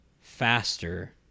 faster